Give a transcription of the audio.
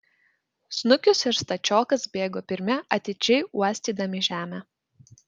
snukius ir stačiokas bėgo pirmi atidžiai uostydami žemę